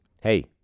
hey